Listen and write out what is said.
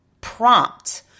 prompt